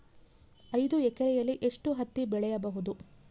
ಐದು ಎಕರೆಯಲ್ಲಿ ಎಷ್ಟು ಹತ್ತಿ ಬೆಳೆಯಬಹುದು?